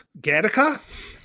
Gattaca